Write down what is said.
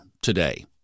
today